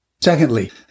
Secondly